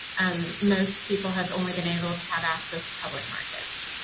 um most people have only been able to have access to public markets.